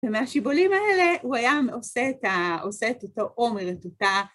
ומהשיבולים האלה הוא היה עושה את אותו עומר, את אותה...